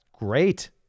great